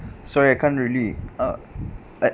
sorry I can't really uh at